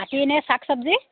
বাকী এনেই শাক চব্জি